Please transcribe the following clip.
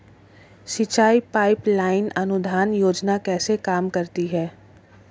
सिंचाई pipeline अनुदान योजना कैसे काम करती है?